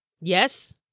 Yes